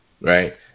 Right